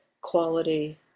quality